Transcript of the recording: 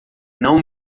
não